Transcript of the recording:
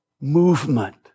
movement